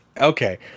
okay